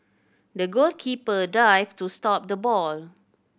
the goalkeeper dived to stop the ball